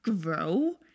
grow